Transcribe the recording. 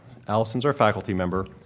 allison is our faculty member,